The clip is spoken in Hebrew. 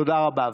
תודה רבה.